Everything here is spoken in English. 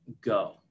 go